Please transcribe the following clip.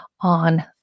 on